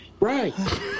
Right